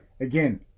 again